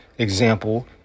example